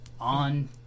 on